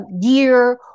gear